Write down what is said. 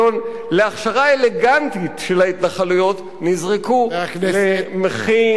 אלגנטית של ההתנחלויות נזרקו לפח במחי יד אחת.